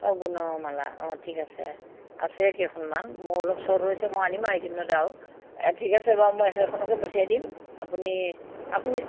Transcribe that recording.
অঁ গুণমালা অঁ ঠিক আছে আছে কেইখনমান মোৰ অলপ চৰ্ট হৈছে মই আনিম আৰু এইকেইদিনতে আৰু ঠিক আছে বাৰু মই সেইখনকে পঠিয়াই দিম আপুনি আপুনি